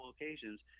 occasions